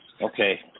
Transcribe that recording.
Okay